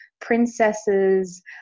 princesses